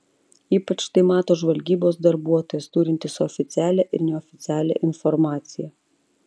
ypač tai mato žvalgybos darbuotojas turintis oficialią ir neoficialią informaciją